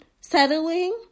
settling